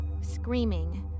screaming